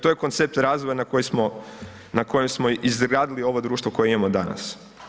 To je koncept razvoja na kojem smo izgradili ovo društvo koje imamo danas.